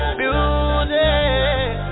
music